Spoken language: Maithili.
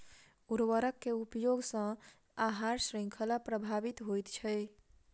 उर्वरक के उपयोग सॅ आहार शृंखला प्रभावित होइत छै